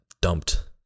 dumped